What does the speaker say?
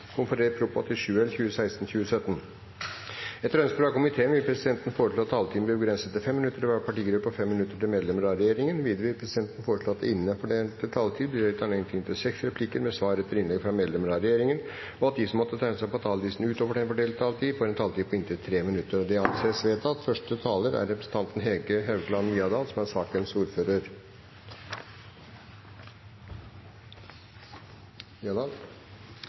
om ordet til sak nr. 2. Etter ønske fra kirke-, utdannings- og forskningskomiteen vil presidenten foreslå at taletiden blir begrenset til 5 minutter til hver partigruppe og 5 minutter til medlemmer av regjeringen. Videre vil presidenten foreslå at det – innenfor den fordelte taletid – blir gitt anledning til inntil seks replikker med svar etter innlegg fra medlemmer av regjeringen, og at de som måtte tegne seg på talerlisten utover den fordelte taletid, får en taletid på inntil 3 minutter. – Det anses vedtatt. Takk til Venstre, som